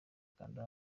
kanda